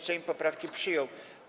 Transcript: Sejm poprawki przyjął.